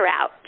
out